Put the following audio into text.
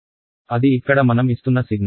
అది ఇక్కడ మనం ఇస్తున్న సిగ్నల్